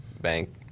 bank